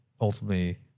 ultimately